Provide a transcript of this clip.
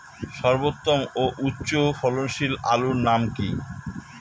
সর্বোত্তম ও উচ্চ ফলনশীল আলুর নাম কি?